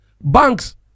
Banks